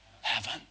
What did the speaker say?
heaven